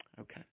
Okay